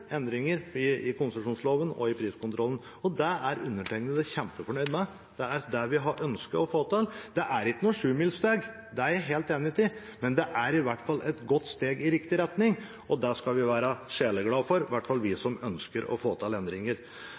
endringer i konsesjonsloven og i priskontrollen. Det er undertegnede kjempefornøyd med, det er det vi har ønsket å få til. Det er ikke noen sjumilssteg, det er jeg helt enig i, men det er i hvert fall et godt steg i riktig retning. Det skal vi være sjeleglad for – i hvert fall vi som ønsker å få til endringer.